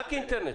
רק אינטרנט.